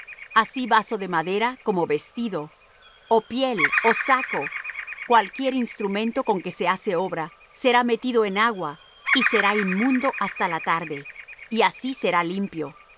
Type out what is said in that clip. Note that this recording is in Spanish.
así vaso de madera como vestido ó piel ó saco cualquier instrumento con que se hace obra será metido en agua y será inmundo hasta la tarde y así será limpio